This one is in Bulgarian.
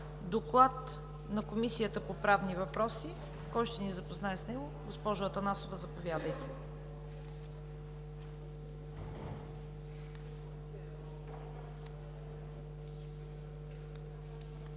Доклад на Комисията по Правни въпроси – кой ще ни запознае с него? Госпожо Атанасова, заповядайте.